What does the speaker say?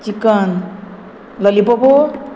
chicken lollipop